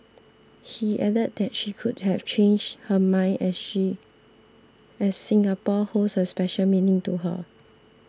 he added that she could have changed her mind as she a Singapore holds a special meaning to her